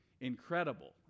incredible